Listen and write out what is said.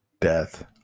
death